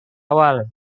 awal